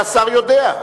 זה השר יודע.